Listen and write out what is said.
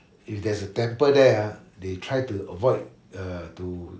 if there's a temple there ah they try to avoid err to